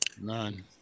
None